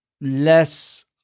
less